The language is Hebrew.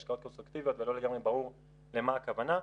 השקעות קונסטרוקטיביות ולא לגמרי ברור למה הכוונה,